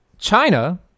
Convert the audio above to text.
China